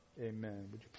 amen